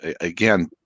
again